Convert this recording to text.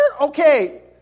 Okay